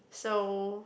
so